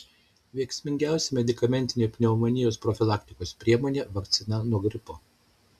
veiksmingiausia medikamentinė pneumonijos profilaktikos priemonė vakcina nuo gripo